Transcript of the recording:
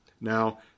Now